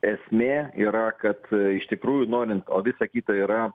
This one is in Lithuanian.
esmė yra kad iš tikrųjų norint o visa kita yra